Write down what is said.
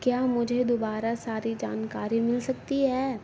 کیا مجھے دوبارہ ساری جانکاری مل سکتی ہے